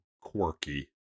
quirky